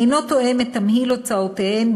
אינו תואם את תמהיל הוצאותיהן,